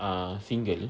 ah single